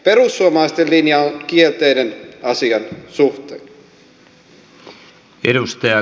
perussuomalaisten linja on kielteinen asian suhteen